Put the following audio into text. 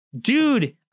dude